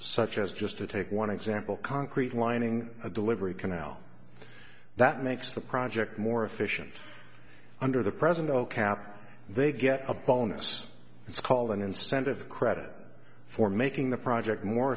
as just to take one example concrete lining a delivery canal that makes the project more efficient under the present no cap they get a bonus it's called an incentive credit for making the project more